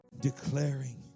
declaring